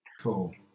Cool